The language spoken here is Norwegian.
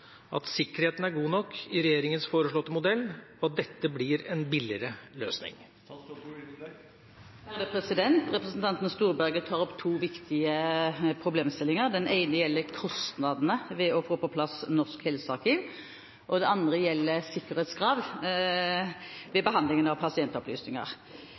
at sikkerheten er god nok i regjeringens foreslåtte modell, og at dette blir en billigere løsning?» Representanten Storberget tar opp to viktige problemstillinger. Den ene gjelder kostnadene ved å få på plass Norsk helsearkiv, og den andre gjelder sikkerhetskrav ved behandling av pasientopplysninger.